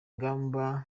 ngamba